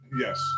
Yes